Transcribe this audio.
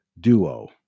Duo